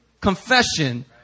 confession